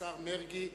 השר מרגי.